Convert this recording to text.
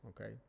okay